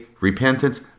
repentance